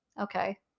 Okay